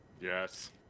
yes